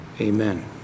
amen